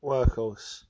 Workhorse